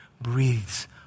breathes